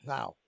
Now